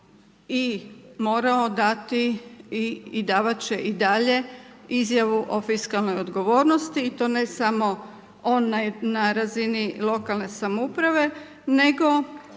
i morao dati i davat će i dalje izjavu o fiskalnoj odgovornosti i to ne samo onaj na razini lokalne samouprave, nego